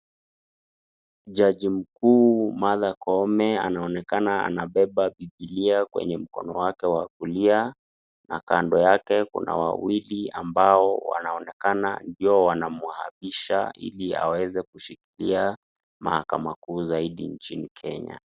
Jaji mkuu Martha Koome, anaonekana anabeba bibilia kwenye mkono wake wa kulia, na kando yake Kuna wawili ambao wanaonekana ndio wananhapisha Ili aweze kushikilia mahakana kuu zaidi nchini Kenya.